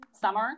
summer